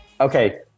Okay